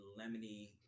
lemony